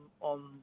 on